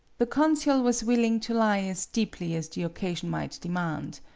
the consul was willing to lie as deeply as the occasion might demand.